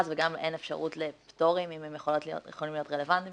וגם אין אפשרות לפטורים אם הם יכולים להיות רלוונטיים.